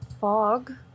fog